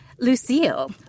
Lucille